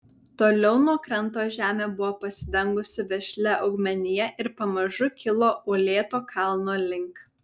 toliau nuo kranto žemė buvo pasidengusi vešlia augmenija ir pamažu kilo uolėto kalno link